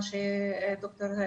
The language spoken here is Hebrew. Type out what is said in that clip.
מה שפרופ'